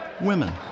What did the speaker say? women